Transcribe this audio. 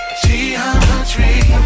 geometry